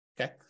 okay